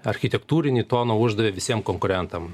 architektūrinį toną uždavė visiem konkurentam